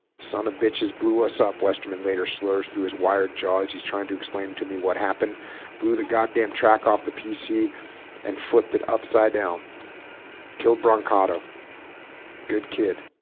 son of bitches blew us up westerman later slurs through his wired jaws he's trying to explain to me what happened blew the goddamn track off the pc and flipped it upside down killed brancato good kid